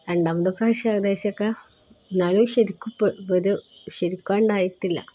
രണ്ടാമത്തെ പ്രാവശ്യം ഏകദേശമൊക്കെ എന്നാലും ശരിക്കുമൊരു ശരിക്കുമുണ്ടായിട്ടില്ല